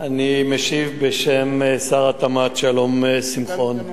אני משיב על הצעת האי-אמון בשם שר התמ"ת שלום שמחון.